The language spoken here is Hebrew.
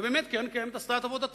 ובאמת, קרן קיימת עשתה את עבודתה,